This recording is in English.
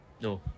No